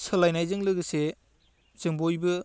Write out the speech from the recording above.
सोलायनायजों लोगोसे जों बयबो